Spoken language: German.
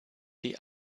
die